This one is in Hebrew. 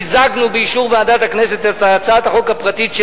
מיזגנו באישור ועדת הכנסת את הצעת החוק הפרטית של